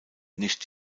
nicht